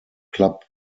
club